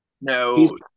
no